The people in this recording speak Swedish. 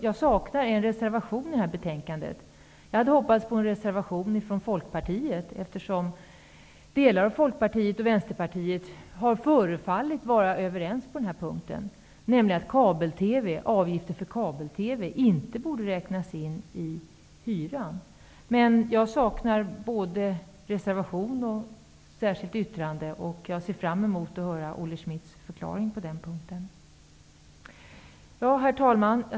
Jag hade hoppats på en reservation från Folkpartiet, eftersom delar av Folkpartiet och Vänsterpartiet har förefallit vara överens på den här punkten, nämligen om att avgifter för kabel-TV inte borde räknas in i hyran. Jag saknar både en reservation och ett särskilt yttrande, och jag ser fram mot att höra Olle Herr talman!